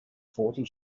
forty